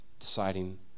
deciding